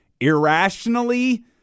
irrationally